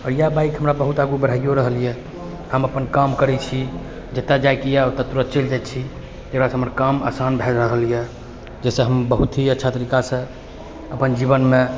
आओर इएह बाइक हमरा बहुत आगू बढ़ाइओ रहल अइ हम अपन काम करै छी जतऽ जाइके अइ ओतऽ तुरन्त चलि जाइ छी जकरासँ हमर काम आसान भऽ रहल अइ जाहिसँ हम बहुत ही अच्छा तरीकासँ अपन जीवनमे